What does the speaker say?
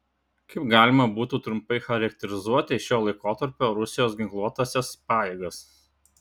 kaip galima būtų trumpai charakterizuoti šio laikotarpio rusijos ginkluotąsias pajėgas